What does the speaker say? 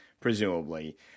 presumably